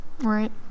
Right